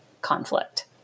conflict